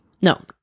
No